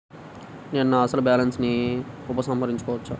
నేను నా అసలు బాలన్స్ ని ఉపసంహరించుకోవచ్చా?